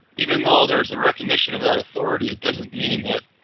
even though there is that recognition of that authority, it doesn't mean that